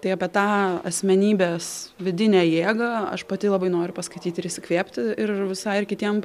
tai apie tą asmenybės vidinę jėgą aš pati labai noriu paskaityti ir įsikvėpti ir visai ir kitiem